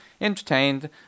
entertained